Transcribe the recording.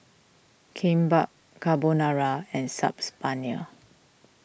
Kimbap Carbonara and Saag's Paneer